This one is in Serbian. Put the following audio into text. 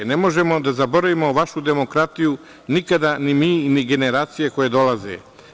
Ne možemo da zaboravimo vašu demokratiju nikada, ni mi, ni generacije koje dolaze.